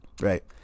right